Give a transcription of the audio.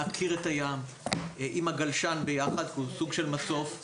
להכיר את הים עם הגלשן כי הוא סוג של מצוף.